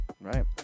Right